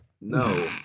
No